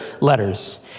letters